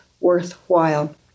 worthwhile